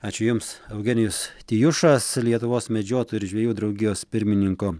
ačiū jums eugenijus tijušas lietuvos medžiotojų ir žvejų draugijos pirmininko